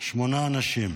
שמונה אנשים,